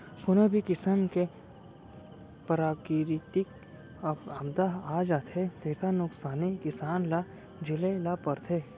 कोनो भी किसम के पराकिरितिक आपदा आ जाथे तेखर नुकसानी किसान ल झेले ल परथे